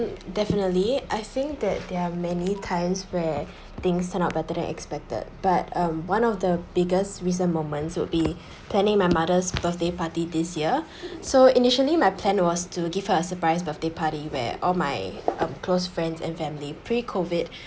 definitely I think that there are many times where things turn out better than expected but um one of the biggest recent moments would be planning my mother's birthday party this year so initially my plan was to give her a surprise birthday party where all my uh close friends and family pre COVID